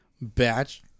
batch